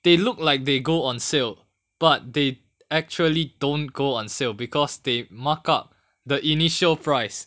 they look like they go on sale but they actually don't go on sale because they mark up the initial price